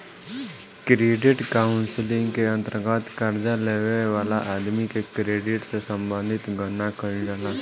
credit counselling के अंतर्गत कर्जा लेबे वाला आदमी के क्रेडिट से संबंधित गणना कईल जाला